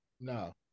no